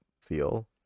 feel